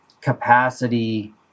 capacity